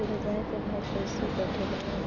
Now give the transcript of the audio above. बाजार के भाव कैसे बढ़े ला?